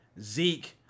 Zeke